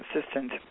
assistant